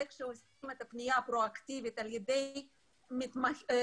כשעושים את הפנייה הפרואקטיבית על ידי המתנדבים,